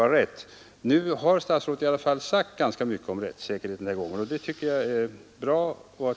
Den här gången har statsrådet i alla fall sagt ganska mycket om just rättssäkerhet, och det tycker jag är bra.